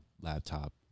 laptop